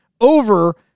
over